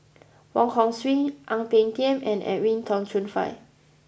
Wong Hong Suen Ang Peng Tiam and Edwin Tong Chun Fai